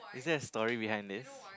is there a story behind this